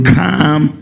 come